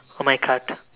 on my cart